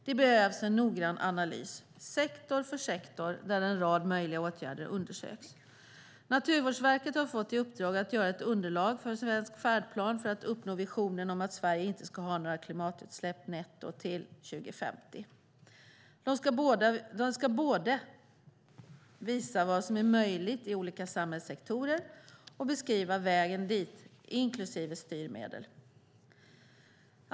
Det behövs en noggrann analys, sektor för sektor, där en rad möjliga åtgärder undersöks. Naturvårdsverket har fått i uppdrag att göra ett underlag för en svensk färdplan för att uppnå visionen om att Sverige inte ska ha några klimatutsläpp netto till 2050. De ska både visa vad som är möjligt i olika samhällssektorer och beskriva vägar dit, inklusive styrmedel.